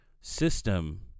system